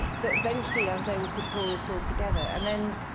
that, eventually, i was able to pull this all together. and then,